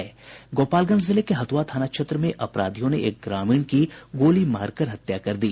गोपालगंज जिले के हथ्रआ थाना क्षेत्र में अपराधियों ने एक ग्रामीण की गोली मारकर हत्या कर दी